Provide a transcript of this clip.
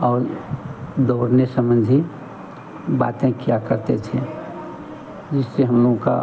और दौड़ने सम्बन्धी बातें किया करते थे जिससे हम लोगों का